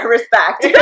Respect